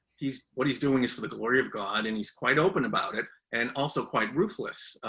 he's, what he's doing is for the glory of god and he's quite open about it and also quite ruthless,